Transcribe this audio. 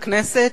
לכנסת,